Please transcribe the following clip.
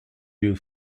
you